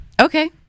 Okay